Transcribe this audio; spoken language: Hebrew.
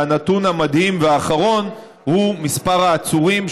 והנתון המדהים והאחרון הוא מספר העצורים,